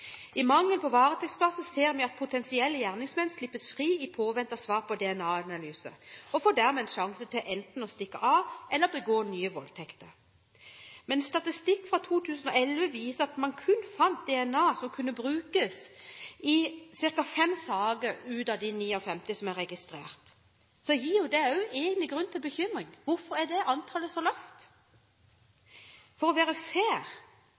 I mangel på varetektsplasser ser vi at potensielle gjerningsmenn slippes fri i påvente av svar på DNA-analyse, og får dermed en sjanse til enten å stikke av eller å begå nye voldtekter. Men når statistikk fra 2011 viser at man kun fant DNA som kunne brukes i ca. fem saker av de 59 som er registrert, gir det også grunn til bekymring. Hvorfor er antallet så lavt? For å være